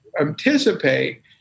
anticipate